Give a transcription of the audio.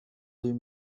deux